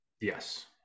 Yes